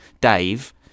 Dave